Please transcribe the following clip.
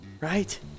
Right